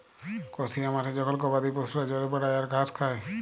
কসিয়া মাঠে জখল গবাদি পশুরা চরে বেড়ায় আর ঘাস খায়